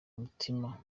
umutima